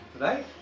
right